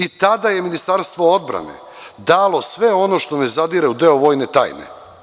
I tada je Ministarstvo odbrane dalo sve ono što ne zadire u deo vojne tajne.